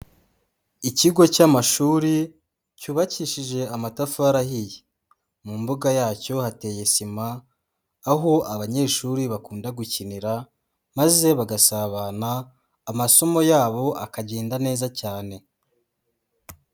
Ikigo cy'amashuri cyubakishije amatafari ahiye. Mu mbuga yacyo hateye sima, aho abanyeshuri bakunda gukinira, maze bagasabana, amasomo yabo akagenda neza cyane.